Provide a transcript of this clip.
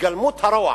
התגלמות הרוע.